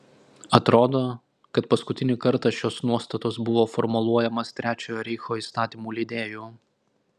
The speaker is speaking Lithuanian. atrodo kad paskutinį kartą šios nuostatos buvo formuluojamos trečiojo reicho įstatymų leidėjų